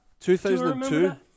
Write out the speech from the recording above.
2002